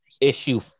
issue